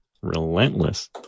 relentless